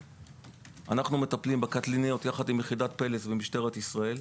אנחנו מטפלים בתאונות הקטלניות ביחד עם יחידת פלס ומשטרת ישראל.